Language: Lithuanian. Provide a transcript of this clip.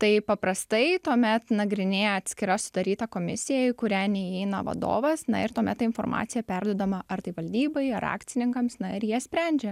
tai paprastai tuomet nagrinėja atskira sudaryta komisija į kurią neįeina vadovas na ir tuomet informacija perduodama ar tai valdybai ar akcininkams na ir jie sprendžia